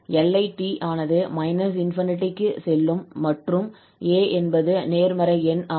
எல்லை t ஆனது −∞ க்கு செல்லும் மற்றும் a என்பது நேர்மறை எண் ஆகும்